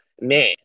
Man